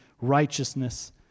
righteousness